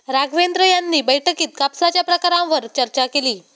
राघवेंद्र यांनी बैठकीत कापसाच्या प्रकारांवर चर्चा केली